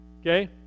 Okay